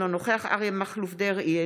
אינו נוכח אריה מכלוף דרעי,